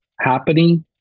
happening